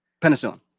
Penicillin